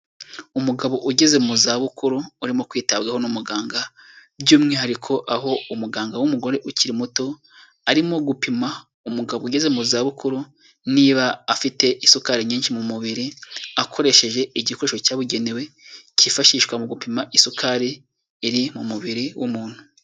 Umugabo ugeze mu zabukuru urimo kwitabwaho n'umuganga by'umwihariko aho umuganga w'umugore ukiri muto arimo gupima umugabo ugeze mu zabukuru niba afite isukari nyinshi mu mubiri, akoresheje igikoresho cyabugenewe kifashishwa mu gupima isukari iri mu mubiri w'umuntu.